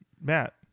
Matt